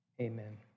Amen